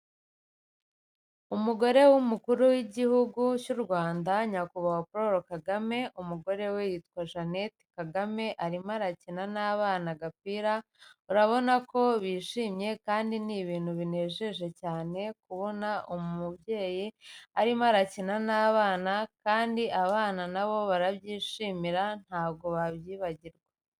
Umugore w'umukuru w'igihugu cy'u Rwanda nyakubahwa Paul Kagame, umugore we yitwa Jeanette Kagame, arimo arakina n'abana agapira, urabona ko bishimye kandi ni ibintu binejeje cyane kubona umubyeyi arimo arakina n'abana kandi abana nabo barabyishimira, ntabwo babyibagirwa.